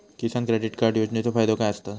किसान credit card योजनेचो फायदो काय होता?